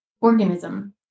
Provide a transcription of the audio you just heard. organism